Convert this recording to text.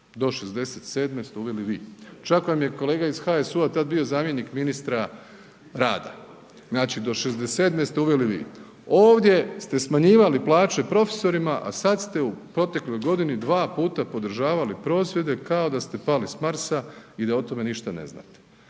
do 67. ste uveli vi, čak vam je kolega iz HSU-a tad bio zamjenik ministra rada, znači do 67. ste uveli vi. Ovdje ste smanjivali plaće profesorima, a sada ste u protekloj godini dva puta podržavali prosvjede kao da ste pali s Marsa i da o tome ništa ne znate.